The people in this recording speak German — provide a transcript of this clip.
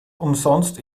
umsonst